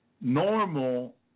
normal